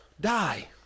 die